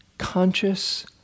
Conscious